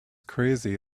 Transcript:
crazy